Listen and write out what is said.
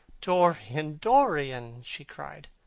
dorian, dorian, she cried,